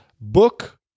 book